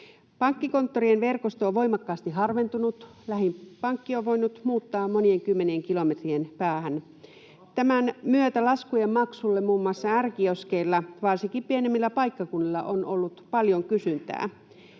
Pankkikonttorien verkosto on voimakkaasti harventunut. Lähin pankki on voinut muuttaa monien kymmenien kilometrien päähän. Tämän myötä laskujen maksulle muun muassa R-kioskeilla, varsinkin pienemmillä paikkakunnilla, on ollut paljon kysyntää.